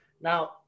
Now